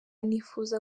nifuza